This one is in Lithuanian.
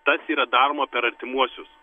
tas yra daroma per artimuosius